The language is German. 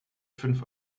fünf